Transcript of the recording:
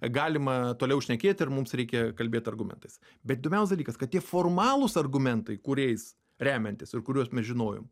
galima toliau šnekėt ir mums reikia kalbėt argumentais bet įdomiausias dalykas kad tie formalūs argumentai kuriais remiantis ir kuriuos mes žinojom